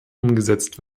umgesetzt